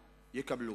יקבלו".